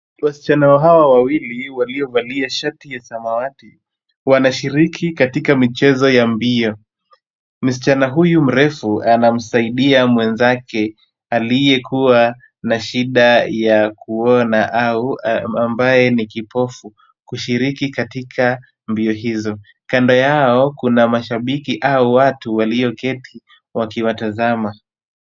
Wasichana hawa wawili waliovalia shati ya samawati, wanashiriki katika michezo ya mbio. Msichana huyu mirefu anamsaidia mwenzake aliyekuwa na shida ya kuona au ambaye ni kipofu kushiriki katika mbio hizo. Kando Yao Kuna mashabiki au watu walioketi wakiwatazama.